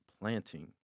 planting